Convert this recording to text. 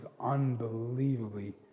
unbelievably